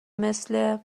مثل